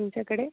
आमच्याकडे